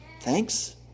Thanks